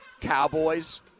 Cowboys